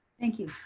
thank you.